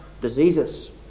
diseases